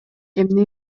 эмне